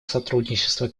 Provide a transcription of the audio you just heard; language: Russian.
сотрудничество